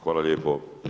Hvala lijepo.